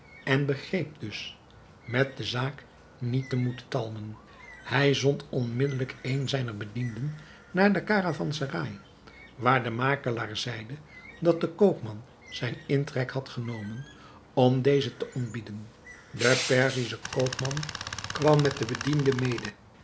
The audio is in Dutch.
en begreep dus met de zaak niet te moeten talmen hij zond onmiddelijk een zijner bedienden naar de karavanserai waar de makelaar zeide dat de koopman zijn intrek had genomen om dezen te ontbieden de perzische koopman kwam met den bediende mede